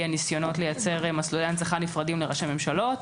ניסיונות לייצר מסלולי הנצחה נפרדים לראשי ממשלות,